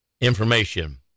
information